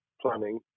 planning